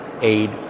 aid